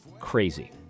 crazy